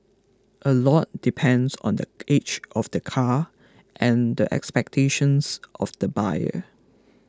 a lot depends on the age of the car and the expectations of the buyer